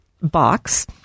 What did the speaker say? box